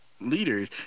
leaders